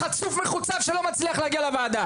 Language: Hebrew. הוא חצוף מחוצף שלא מגיע לוועדה